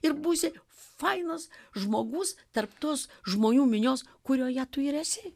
ir būsi fainas žmogus tarp tos žmonių minios kurioje tu ir esi